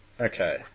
Okay